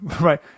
right